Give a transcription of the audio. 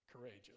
courageous